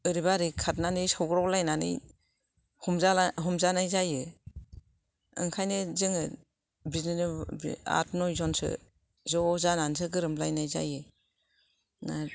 ओरैबा ओरै खारनानै सौग्राव लानानै हमजाला हमजानाय जायो ओंखायनो जोङो बिदिनो आथ नय जनसो ज' जानानै गोरोमलायनाय जायो